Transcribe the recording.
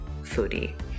foodie